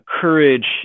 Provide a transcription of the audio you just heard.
courage